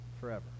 forever